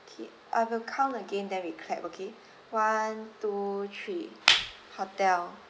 okay I will count again then we clap okay one two three hotel